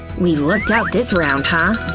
we lucked out this round, huh?